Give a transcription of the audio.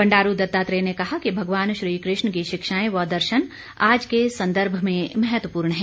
बंडारू दत्तात्रेय ने कहा कि भगवान श्री कृष्ण की शिक्षाएं व दर्शन आज के संदर्भ में महत्वपूर्ण हैं